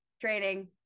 training